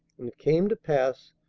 and it came to pass,